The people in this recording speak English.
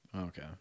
Okay